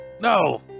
No